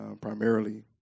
primarily